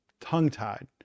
tongue-tied